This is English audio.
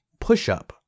PushUp